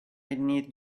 need